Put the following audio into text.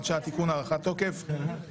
שעה) (שירות במשטרה ושירות מוכר) (תיקון מס' 17),